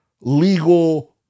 legal